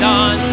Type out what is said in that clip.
on